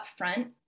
upfront